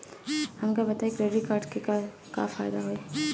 हमका बताई credit card से का फायदा होई?